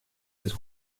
its